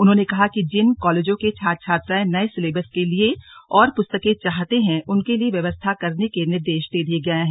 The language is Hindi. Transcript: उन्होंने कहा कि जिन कॉलेजों के छात्र छात्राएं नये सिलेबस के लिए और पुस्तकें चाहते हैं उनके लिए व्यवस्था करने के निर्देश दे दिये गए हैं